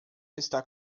está